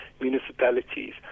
municipalities